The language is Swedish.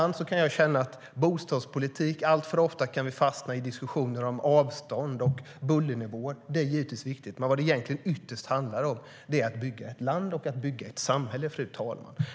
När det gäller bostadspolitik kan vi alltför ofta fastna i diskussioner om avstånd och bullernivåer. Det är givetvis viktigt, men vad det egentligen ytterst handlar om är att bygga ett land och att bygga ett samhälle, fru talman.